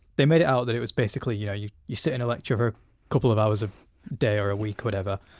they made it out that it was basically yeah you you sit in a lecture for a couple of hours a day or a week, whatever,